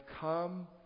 come